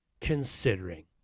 considering